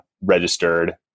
registered